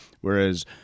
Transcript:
whereas